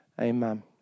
Amen